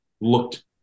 looked